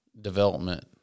Development